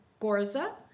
Gorza